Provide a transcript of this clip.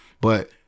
But-